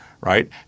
right